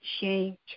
change